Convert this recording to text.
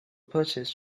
purchased